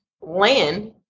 land